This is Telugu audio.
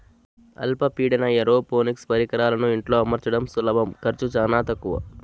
అల్ప పీడన ఏరోపోనిక్స్ పరికరాలను ఇంట్లో అమర్చడం సులభం ఖర్చు చానా తక్కవ